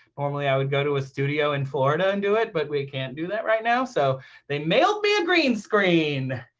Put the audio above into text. normally, i would go to a studio in florida and do it, but we can't do that right now. so they mailed me a green screen!